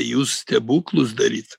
jūs stebuklus daryt